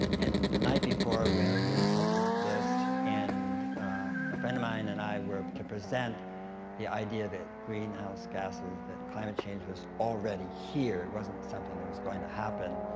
and the night before, we were in a room such as this and a friend of mine and i were to present the idea that greenhouse gases, that climate change, was already here. it wasn't something that was going to happen.